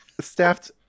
staffed